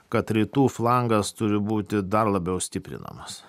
kad rytų flangas turi būti dar labiau stiprinamas